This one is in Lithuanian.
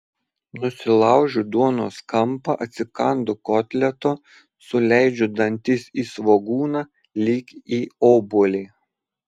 nusilaužiu duonos kampą atsikandu kotleto suleidžiu dantis į svogūną lyg į obuolį